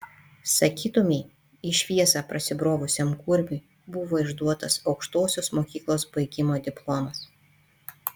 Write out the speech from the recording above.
sakytumei į šviesą prasibrovusiam kurmiui buvo išduotas aukštosios mokyklos baigimo diplomas